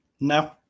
No